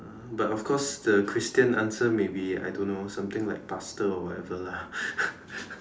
but of course the Christian answer maybe I don't know something like pastor or whatever lah